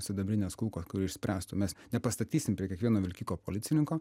sidabrinės kulkos kuri išspręstų mes nepastatysim prie kiekvieno vilkiko policininko